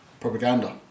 Propaganda